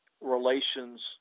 relations